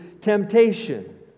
temptation